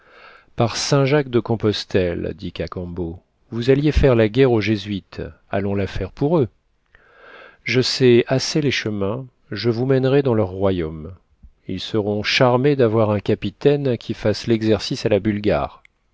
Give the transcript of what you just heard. compostelle dit cacambo vous alliez faire la guerre aux jésuites allons la faire pour eux je sais assez les chemins je vous mènerai dans leur royaume ils seront charmés d'avoir un capitaine qui fasse l'exercice à la bulgare